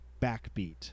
Backbeat